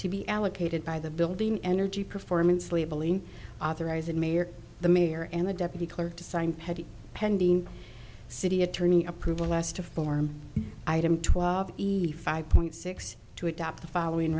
to be allocated by the building energy performance labeling authorised mayor the mayor and the deputy clerk to sign petty pending city attorney approval last a form item twelve easy five point six two adopt the following